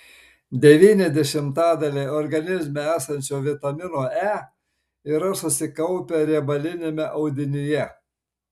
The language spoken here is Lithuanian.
devyni dešimtadaliai organizme esančio vitamino e yra susikaupę riebaliniame audinyje